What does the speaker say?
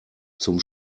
zum